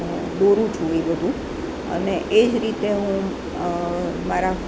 દોરું છું હું બધું અને એ જ રીતે હું મારા